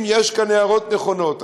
אם יש כאן הערות נכונות,